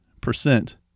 percent